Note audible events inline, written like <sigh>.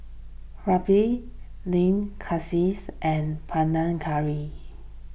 Raita Lamb <unintelligible> and Panang Curry